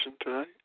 tonight